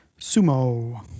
sumo